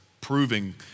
proving